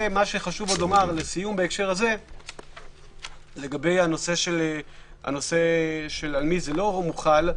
חשוב לומר לסיום בהקשר הזה על מי זה לא חל.